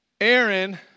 Aaron